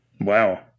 wow